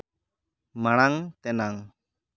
ᱢᱟᱬᱟᱝ ᱛᱮᱱᱟᱜ